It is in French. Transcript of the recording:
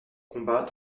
combat